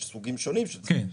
יש סוגים שונים של צפיפות.